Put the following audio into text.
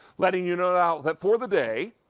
letting you know now for the day,